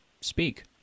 Speak